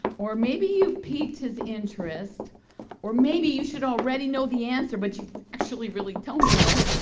or maybe you piqued his interest or maybe you should already know the answer, but you actually really don't know.